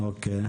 אוקיי.